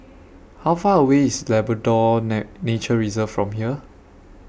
How Far away IS Labrador Nature Reserve from here